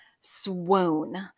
Swoon